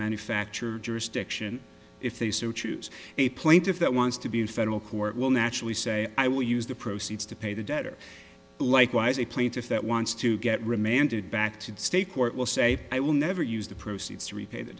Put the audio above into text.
manufacture jurisdiction if they so choose a plaintiff that wants to be in federal court will naturally say i will use the proceeds to pay the debt or likewise a plaintiff that wants to get remanded back to the state court will say i will never use the proceeds to repay the